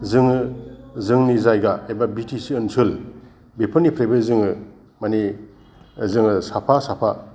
जोङो जोंनि जायगा एबा बितिसि ओनसोल बेफोरनिफ्रायबो जोङो माने जोङो साफा साफा